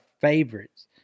favorites